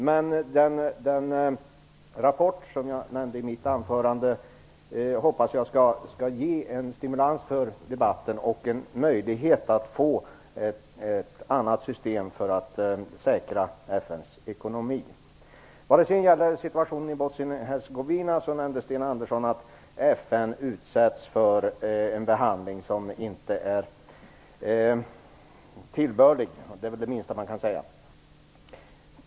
Men jag hoppas att den rapport som jag nämnde i mitt anförande skall stimulera debatten och göra det möjligt med ett annat system för att säkra När det sedan gäller situationen i Bosnien Hercegovina nämnde Sten Andersson att FN utsätts för en otillbörlig behandling, och det är väl det minsta man kan säga.